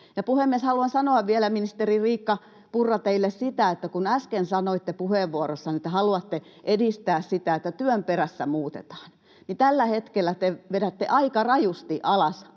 Puhemies! Haluan sanoa vielä, ministeri Riikka Purra, teille sitä, että kun äsken sanoitte puheenvuorossanne, että te haluatte edistää sitä, että työn perässä muutetaan, niin tällä hetkellä te vedätte aika rajusti alas